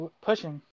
pushing